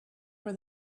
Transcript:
for